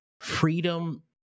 freedom